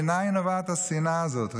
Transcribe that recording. מניין הבעת השנאה הזאת?